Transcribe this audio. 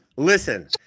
Listen